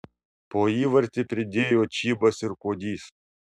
po įvartį pridėjo čybas ir kuodys